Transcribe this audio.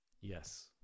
Yes